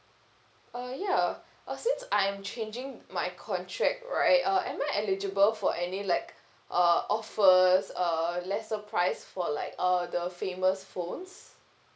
uh ya oh since I am changing my contract right uh am I eligible for any like uh offers uh lesser price for like uh the famous phones